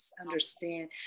understand